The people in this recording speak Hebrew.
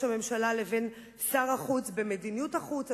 הממשלה לבין שר החוץ במדיניות החוץ,